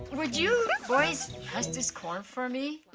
would you buys husk this corn for me?